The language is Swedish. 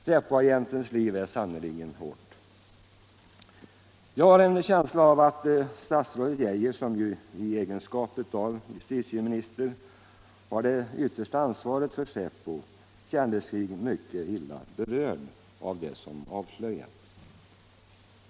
Säpoagentens liv är sannerligen hårt. Jag har en känsla av att statsrådet Geijer, som ju i egenskap av justitieminister har det yttersta ansvaret för säpo, kände sig mycket illa berörd av det som avslöjades.